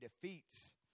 defeats